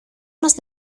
nos